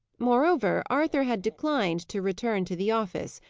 moreover, arthur had declined to return to the office,